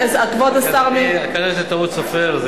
כנראה זאת טעות סופר,